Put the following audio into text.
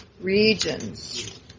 regions